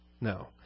No